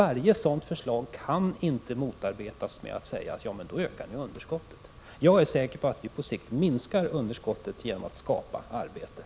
Alla sådana förslag kan inte motarbetas genom att man bara säger att underskottet därigenom ökar. Jag är säker på att vi på sikt minskar underskottet genom att skapa arbeten.